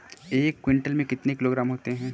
एक क्विंटल में कितने किलोग्राम होते हैं?